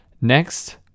Next